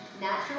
natural